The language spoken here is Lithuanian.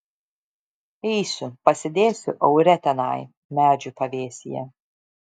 eisiu pasėdėsiu aure tenai medžių pavėsyje